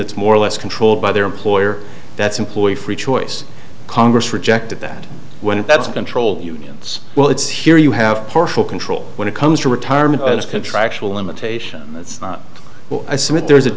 that's more or less controlled by their employer that's employee free choice congress rejected that went that's going troll unions well it's here you have partial control when it comes to retirement contractual limitations that's what i submit there is a